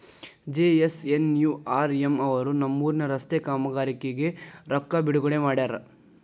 JNNURM ಅವರು ನಮ್ಮೂರಿನ ರಸ್ತೆ ಕಾಮಗಾರಿಗೆ ರೊಕ್ಕಾ ಬಿಡುಗಡೆ ಮಾಡ್ಯಾರ